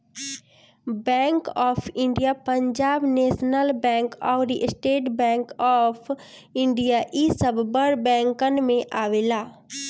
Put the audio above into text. bank of India, Punjab national bank अउरी state bank of India इ सब बड़ बैंकन में आवेला